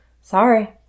Sorry